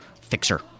fixer